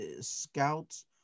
scouts